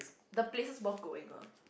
the places worth going ah